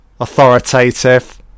Authoritative